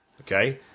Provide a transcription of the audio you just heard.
Okay